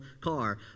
car